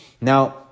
Now